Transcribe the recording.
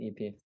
EP